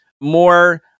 more